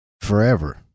forever